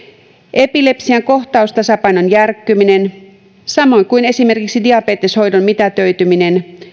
epilepsian kohtaustasapainon järkkyminen samoin kuin esimerkiksi diabeteshoidon mitätöityminen